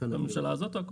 בממשלה הזאת או הקודמת?